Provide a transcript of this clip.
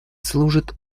служат